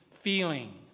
feeling